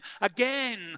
again